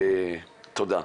תודה.